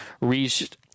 reached